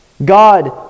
God